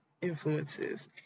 influences